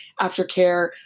aftercare